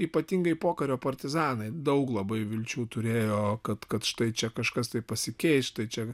ypatingai pokario partizanai daug labai vilčių turėjo kad kad štai čia kažkas tai pasikeis štai čia